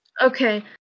Okay